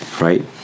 right